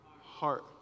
heart